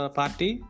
party